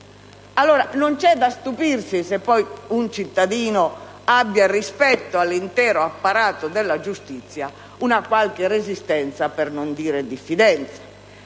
cento. Non c'è da stupirsi se poi un cittadino abbia, rispetto all'intero apparato della giustizia, una qualche resistenza, per non dire diffidenza.